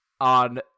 on